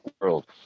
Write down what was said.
world